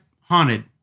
haunted